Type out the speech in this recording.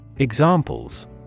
Examples